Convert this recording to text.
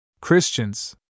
Christians